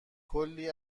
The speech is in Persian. کلی